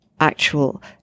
actual